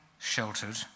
Sheltered